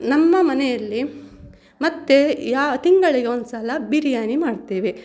ನಮ್ಮ ಮನೆಯಲ್ಲಿ ಮತ್ತೆ ಯಾ ತಿಂಗಳಿಗೆ ಒಂದುಸಲ ಬಿರಿಯಾನಿ ಮಾಡುತ್ತೇವೆ